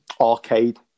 arcade